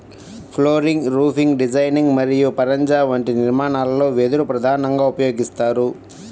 flooring, roofing designing మరియు పరంజా వంటి నిర్మాణాలలో వెదురు ప్రధానంగా ఉపయోగిస్తారు